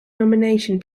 nomination